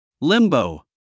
Limbo